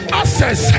access